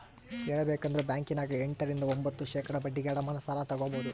ಹೇಳಬೇಕಂದ್ರ ಬ್ಯಾಂಕಿನ್ಯಗ ಎಂಟ ರಿಂದ ಒಂಭತ್ತು ಶೇಖಡಾ ಬಡ್ಡಿಗೆ ಅಡಮಾನ ಸಾಲ ತಗಬೊದು